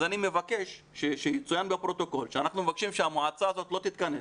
אז אני מבקש שיצוין בפרוטוקול שאנחנו מבקשים שהמועצה הזאת לא תתכנס